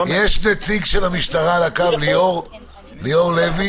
יש נציג של המשטרה על הקו, ליאור לוי?